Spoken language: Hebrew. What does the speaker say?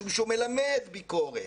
משום שהוא מלמד ביקורת,